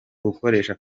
ukoresha